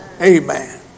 Amen